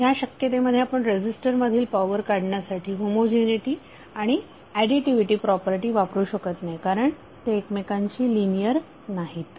तर ह्या शक्यतेमध्ये आपण रेझीस्टर मधील पॉवर काढण्यासाठी होमोजिनीटी आणि ऍडीटीव्हीटी प्रॉपर्टी वापरू शकत नाही कारण ते एकमेकांशी लिनियर नाहीत